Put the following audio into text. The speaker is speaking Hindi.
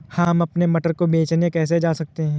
हम अपने मटर को बेचने कैसे जा सकते हैं?